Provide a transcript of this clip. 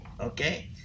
okay